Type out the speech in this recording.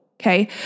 Okay